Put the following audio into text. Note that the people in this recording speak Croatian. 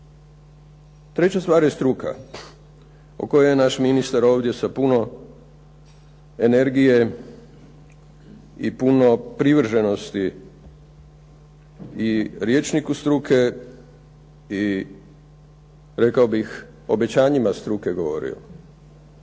Treća stvar je struka o kojoj je ovdje naš ministar sa puno energije i puno privrženosti i rječniku struke i rekao bih obećanjima struke govorio.